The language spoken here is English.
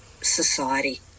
society